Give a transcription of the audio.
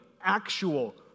actual